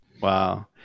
Wow